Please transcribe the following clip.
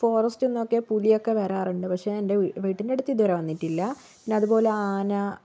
forest നോക്കിയാൽ പുലിയൊക്കെ വരാറുണ്ട് പക്ഷെ എൻ്റെ വീട്ടിൻ്റെ അടുത്ത് ഇതുവരെ വന്നിട്ടില്ല പിന്നെ അതുപോലെ ആന